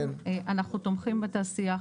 אנחנו תומכים בתעשייה,